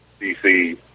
DC